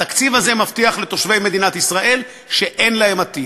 התקציב הזה מבטיח לתושבי מדינת ישראל שאין להם עתיד.